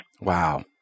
Wow